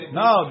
no